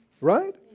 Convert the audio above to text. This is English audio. right